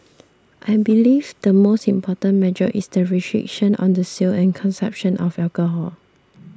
I believe the most important measure is the restriction on the sale and consumption of alcohol